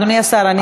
אדוני השר,